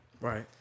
Right